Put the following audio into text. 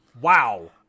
Wow